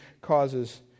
causes